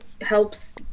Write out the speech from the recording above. helps